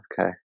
Okay